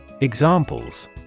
Examples